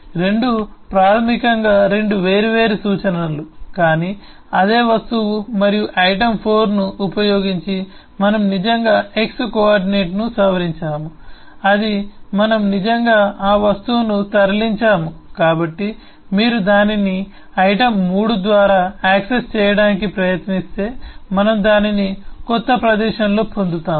2 ప్రాథమికంగా 2 వేర్వేరు సూచనలు కానీ అదే వస్తువు మరియు ఐటెమ్ 4 ను ఉపయోగించి మనము నిజంగా x కోఆర్డినేట్ను సవరించాము అది మనము నిజంగా ఆ వస్తువును తరలించాము కాబట్టి మీరు దానిని ఐటెమ్ 3 ద్వారా యాక్సెస్ చేయడానికి ప్రయత్నిస్తే మనము దానిని క్రొత్త ప్రదేశంలో పొందుతాము